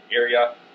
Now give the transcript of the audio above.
area